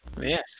yes